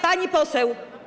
Pani poseł.